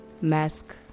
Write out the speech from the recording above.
mask